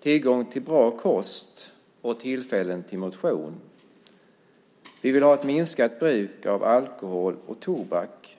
tillgång till bra kost och tillfällen till motion. Vi vill ha ett minskat bruk av alkohol och tobak.